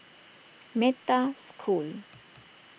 Metta School